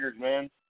man